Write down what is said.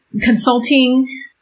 consulting